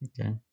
Okay